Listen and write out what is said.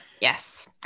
Yes